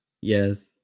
Yes